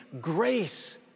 grace